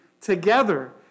together